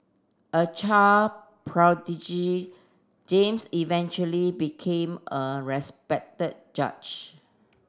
a child prodigy James eventually became a respected judge